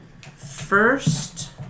first